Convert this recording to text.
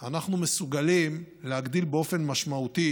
אנחנו מסוגלים להגדיל באופן משמעותי